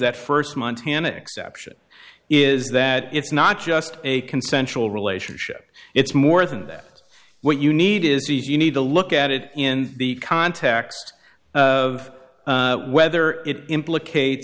that first month's haneke section is that it's not just a consensual relationship it's more than that what you need is you need to look at it in the context of whether it implicate